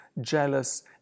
jealous